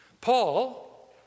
Paul